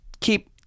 keep